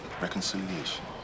Reconciliation